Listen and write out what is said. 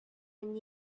and